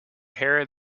hair